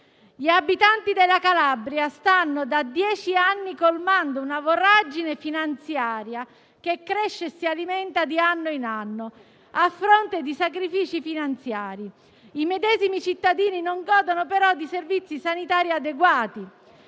Gli abitanti della Calabria stanno da dieci anni colmando una voragine finanziaria che cresce e si alimenta di anno in anno. A fronte di sacrifici finanziari, però, i medesimi cittadini non godono però di servizi sanitari adeguati.